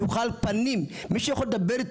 שיוכל לדבר פנים מול פנים,